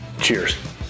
Cheers